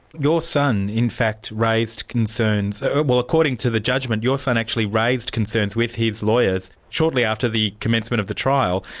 your son, in fact, raised concernes well according to the judgment, your son actually raised concerns with his lawyers shortly after the commencement of the trial,